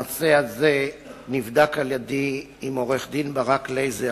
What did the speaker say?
הנושא הזה נבדק על-ידי עם עורך-הדין ברק לייזר,